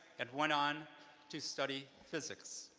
and went on to study physics.